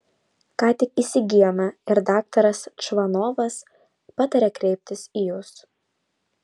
ką tik įsigijome ir daktaras čvanovas patarė kreiptis į jus